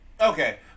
Okay